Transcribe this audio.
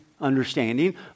understanding